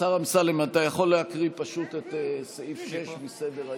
השר אמסלם, אתה יכול להקריא את סעיף 6 מסדר-היום.